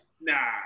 Nah